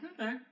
okay